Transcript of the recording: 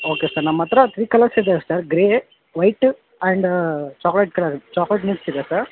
okay sir ನಮ್ಮ ಹತ್ರ three colours ಇದೆ sir grey white and chocolate colour chocolate mix ಇದೆ ಸರ್